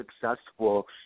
successful